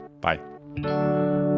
bye